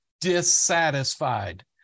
dissatisfied